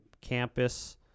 campus